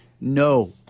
no